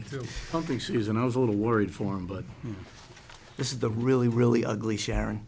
had something she was and i was a little worried form but this is the really really ugly sharon